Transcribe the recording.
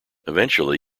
eventually